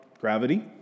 gravity